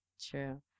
True